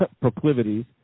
proclivities